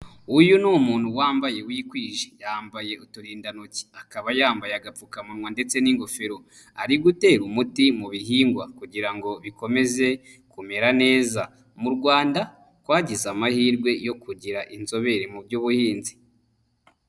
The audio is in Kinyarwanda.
Uyu ni umuntu wambaye wikwije, yambaye uturindantoki, akaba yambaye agapfukamunwa ndetse n'ingofero, ari gutera umuti mu bihingwa kugira ngo bikomeze kumera neza, mu Rwanda twagize amahirwe yo kugira inzobere mu by'ubuhinzi.